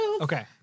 Okay